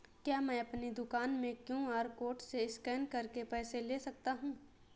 क्या मैं अपनी दुकान में क्यू.आर कोड से स्कैन करके पैसे ले सकता हूँ?